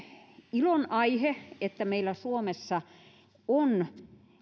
ilonaihe että meillä suomessa on